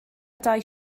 dau